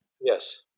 Yes